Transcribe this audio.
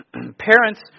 Parents